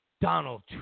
Donald